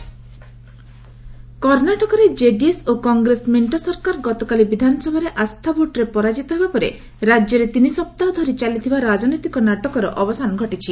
କର୍ଣ୍ଣାଟକ କଂଗ୍ରେସ କର୍ଣ୍ଣାଟକରେ ଜେଡିଏସ୍ ଓ କଂଗ୍ରେସ ମେଣ୍ଟ ସରକାର ଗତକାଲି ବିଧାନସଭାରେ ଆସ୍ଥା ଭୋଟ୍ରେ ପରାଜିତ ହେବା ପରେ ରାଜ୍ୟରେ ତିନିସପ୍ତାହ ଧରି ଚାଲିଥିବା ରାଜନୈତିକ ନାଟକର ଅବସାନ ଘଟିଛି